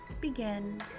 begin